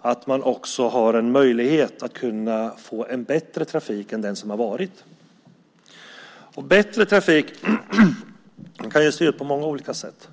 att man också har en möjlighet att få en bättre trafik än den som har varit. Bättre trafik kan se ut på många olika sätt.